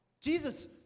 Jesus